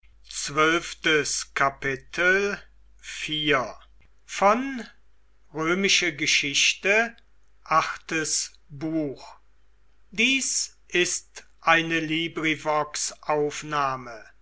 sind ist eine